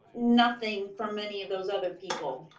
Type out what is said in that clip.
nothing from any of those other people.